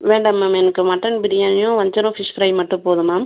வேண்டாம் மேம் எனக்கு மட்டன் பிரியாணியும் வஞ்சரம் ஃபிஷ் ஃப்ரை மட்டும் போதும் மேம்